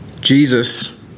Jesus